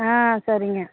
ஆ சரிங்க